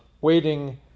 waiting